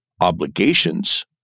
obligations